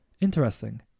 Interesting